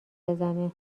بزنه